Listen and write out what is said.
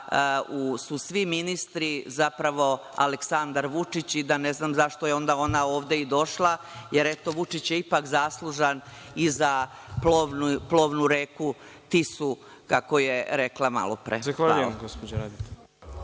su svi ministri zapravo Aleksandar Vučić i ne znam zašto je onda ona ovde i došla, jer eto Vučić je ipak zaslužan i za plovnu reku Tisu, kako je rekla malopre. Hvala.